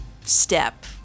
step